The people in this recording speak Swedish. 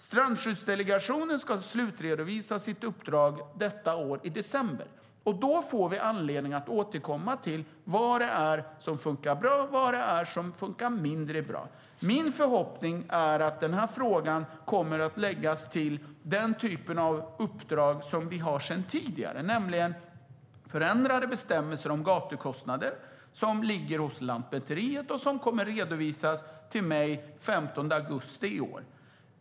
Strandskyddsdelegationen ska slutredovisa sitt uppdrag i december i år. Då får vi anledning att återkomma till vad det är som fungerar bra och vad det är som fungerar mindre bra. Min förhoppning är att den här frågan kommer att läggas till det uppdrag som finns sedan tidigare, nämligen det om ändrade bestämmelser om gatukostnader, som ligger hos Lantmäteriet och som kommer att redovisas till mig den 15 augusti i år.